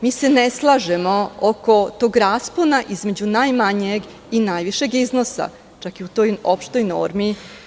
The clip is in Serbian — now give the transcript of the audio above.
Mi se ne slažemo oko tog raspona između najmanjeg i najvišeg iznosa, čak i u toj opštoj normi.